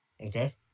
Okay